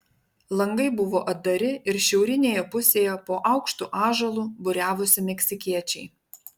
langai buvo atdari ir šiaurinėje pusėje po aukštu ąžuolu būriavosi meksikiečiai